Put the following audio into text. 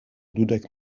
dudek